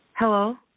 Hello